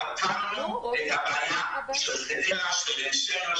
פתרנו את הבעיה של חדרה, של עין שמר,